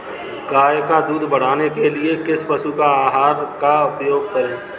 गाय का दूध बढ़ाने के लिए किस पशु आहार का उपयोग करें?